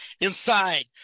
inside